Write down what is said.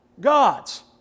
God's